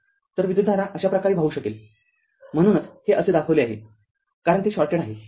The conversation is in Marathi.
तरविद्युतधारा अशा प्रकारे वाहू शकेलम्हणूनच हे असे दाखविले आहे कारण ते शॉर्टेड आहे